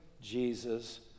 Jesus